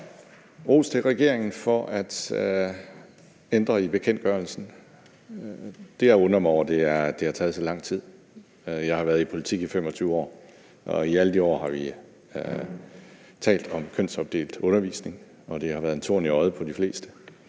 Ros til regeringen for at ændre i bekendtgørelsen. Det, jeg undrer mig over, er, at det har taget så lang tid. Jeg har været i politik i 25 år, og i alle de år har vi talt om kønsopdelt undervisning, og det har været en torn i øjet på de fleste,